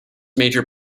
major